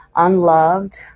unloved